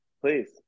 please